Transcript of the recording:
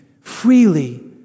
freely